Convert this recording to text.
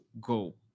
go